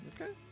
Okay